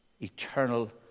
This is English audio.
eternal